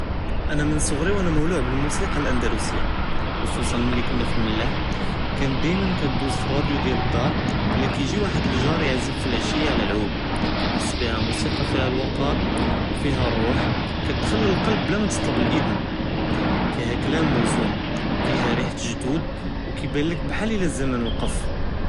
אנה מן צגרי ו אנה מולוע בلمוסיקא לאנדלוסיא חוסוסא ملي כנא פי למלאח כנת דיימא כדוז פי לריידו דיאל לדר ו לא כיג׳י וחד לג׳אר יעזף פי לעשיא עלא לעוד כנחס ביהא מוסיקא פיהא לוקאר ו פיהא לרוח כתדخل לכלב בלא מתטלב לאד׳ן פיהא קלמא מוזון פיהא ריחא ג׳דוד ו כיבאנלכ בהאל לזמאן וקף.